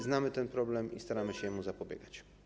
Znamy ten problem i staramy się mu zapobiegać.